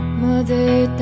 mother